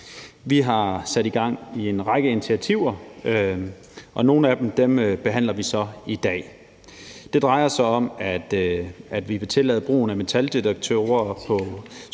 Vi har sat gang i en række initiativer, og nogle af dem behandler vi så i dag. Det drejer sig om, at vi vil tillade brugen af metaldetektorer på